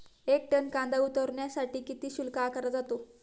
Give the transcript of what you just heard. एक टन कांदा उतरवण्यासाठी किती शुल्क आकारला जातो?